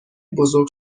بزرگ